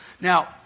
Now